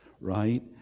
right